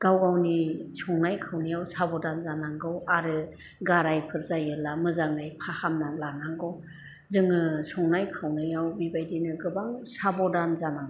गाव गावनि संनाय खावनायाव साबधान जानांगौ आरो गारायफोर जायोला मोजाङै फाहामनानै लानांगौ जोङो संनाय खावनायाव बिबायदिनो गोबां साब'धान जानांगौ